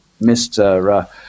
Mr